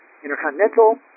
Intercontinental